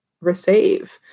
receive